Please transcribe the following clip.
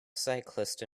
cyclist